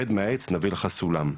רד מהעץ נביא לך סולם.